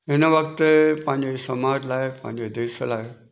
हिन वक़्तु पंहिंजे समाज लाइ पंहिंजे देश लाइ